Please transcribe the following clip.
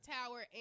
Tower